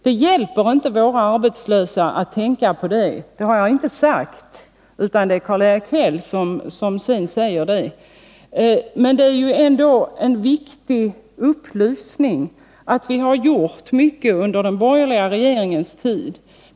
Det hjälper inte våra arbetslösa att tänka på det — det har jag inte heller sagt, utan det var Karl-Erik Häll som sedan sade det — men det är en viktig upplysning att vi har gjort mycket under de borgerliga regeringarnas tid.